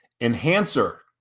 enhancer